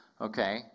Okay